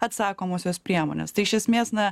atsakomosios priemonės tai iš esmės na